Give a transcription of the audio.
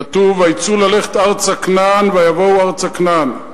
כתוב: ויצאו ללכת ארצה כנען ויבואו ארצה כנען.